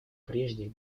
прежде